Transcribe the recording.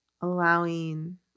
allowing